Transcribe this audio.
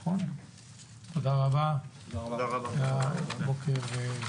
תודה רבה, היה בוקר פורה.